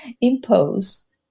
impose